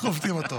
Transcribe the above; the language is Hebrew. חובטים אותה.